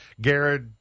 Garrett